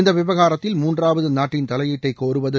இந்த விவகாரத்தில் மூன்றாவது நாட்டின் தலையீட்டைக் கோருவது